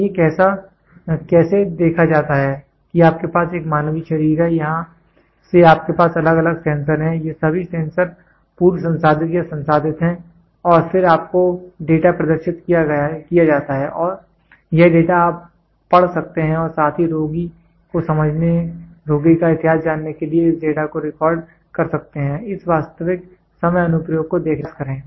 तो ये कैसे देखा जाता है कि आपके पास एक मानव शरीर है यहां से आपके पास अलग अलग सेंसर हैं ये सभी सेंसर पूर्व संसाधित या संसाधित हैं और फिर आपको डेटा प्रदर्शित किया जाता है और यह डेटा आप पढ़ सकते हैं और साथ ही रोगी को समझने रोगी का इतिहास जानने के लिए इस डेटा को रिकॉर्ड कर सकते हैं इस वास्तविक समय अनुप्रयोग को देखने का प्रयास करें